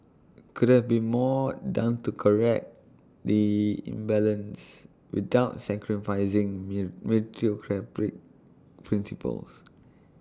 could have been more done to correct the imbalance without sacrificing mill meritocratic principles